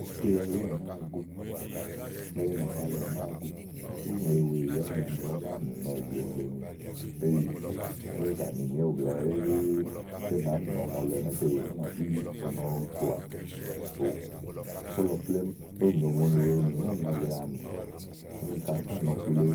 ɔkle ɛɖí à nàáa go, ùŋle náka lèe à nàáa go sú ùŋle wèe yìi ányi àámi lɔ ú náa mì nɔ yíile yìile ni éyi, éè tà nìni éwu blɛ̀ɛ é nàáá mì nɔ̀ɔ ɔnɔ le ɛnɛ́ ètè ú nà ɖí ɔnɔ jɔ̀àà ò. ówo lɔ plémú ówò nyòo ùŋonì wèe ni nɔ́ɔ̀nɔ lèe àmù. úni ka à fa nɔ̀ɔ kile